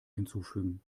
hinzufügen